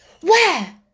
Where